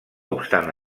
obstant